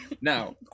Now